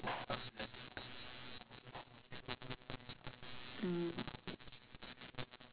mm